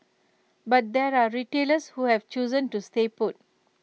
but there are retailers who have chosen to stay put